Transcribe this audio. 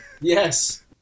Yes